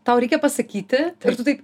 tau reikia pasakyti ir tu taip